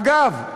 אגב,